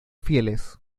fieles